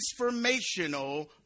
transformational